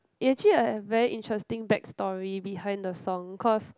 it actually a very interesting back story behind the song cause